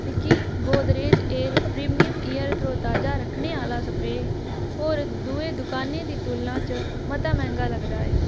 मिगी Godrej aer premium air तरोताजा रक्खने आह्ला स्प्रे होर दूइयें दुकानें दी तुलना च मता मैंह्गा लगदा ऐ